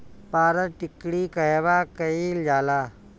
पारद टिक्णी कहवा कयील जाला?